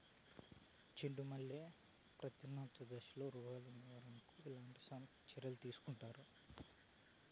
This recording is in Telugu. చెండు మల్లె పూలు ప్రత్యుత్పత్తి దశలో రోగాలు నివారణకు ఎట్లాంటి చర్యలు తీసుకుంటారు?